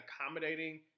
accommodating